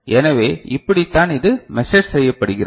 எனவே இப்படிதான் இது மெசர் செய்யப்படுகிறது